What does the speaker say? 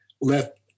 let